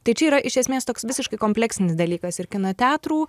tai čia yra iš esmės toks visiškai kompleksinis dalykas ir kino teatrų